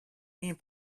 mean